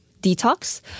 detox